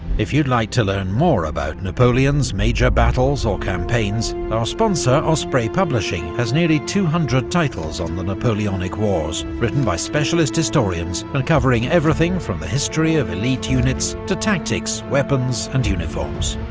if you'd like to learn more about napoleon's major battles or campaigns, and our sponsor osprey publishing has nearly two hundred titles on the napoleonic wars, written by specialist historians, and covering everything from the history of elite units, to tactics, weapons and uniforms.